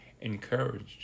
Encouraged